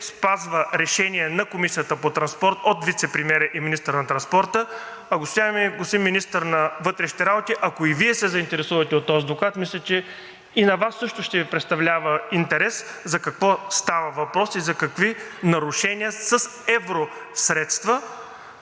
спазва решение на Комисията по транспорта от вицепремиера и министър на транспорта. Господин Министър на вътрешните работи, ако и Вие се заинтересувате от този доклад, мисля, че и на Вас също ще Ви представлява интерес за какво става въпрос и за какви нарушения с евросредства